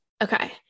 Okay